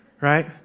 Right